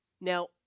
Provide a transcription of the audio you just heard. Now